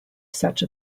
such